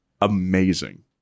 amazing